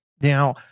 Now